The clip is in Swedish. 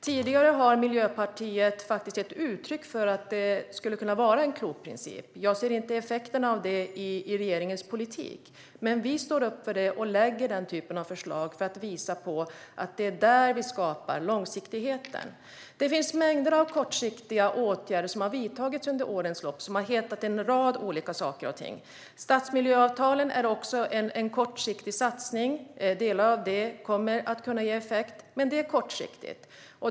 Tidigare har Miljöpartiet faktiskt gett uttryck för att det skulle kunna vara en klok princip. Jag ser inte effekterna av det i regeringens politik. Men vi står upp för det och lägger fram den typen av förslag för att visa att det är där som vi skapar långsiktigheten. Det finns mängder av kortsiktiga åtgärder, med en rad olika namn, som har vidtagits under årens lopp. Stadsmiljöavtalen är också en kortsiktig satsning. Delar av dem kommer att kunna ge effekt. Men de är kortsiktiga.